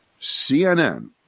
CNN